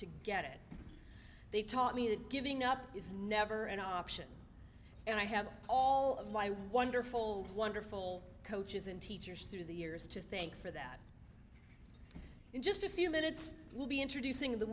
to get it they taught me that giving up is never an option and i have all of my wonderful wonderful coaches and teachers through the years to think for that in just a few minutes we'll be introducing the